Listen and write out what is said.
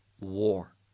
war